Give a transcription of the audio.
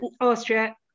Austria